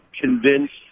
convinced